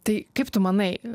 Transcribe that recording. tai kaip tu manai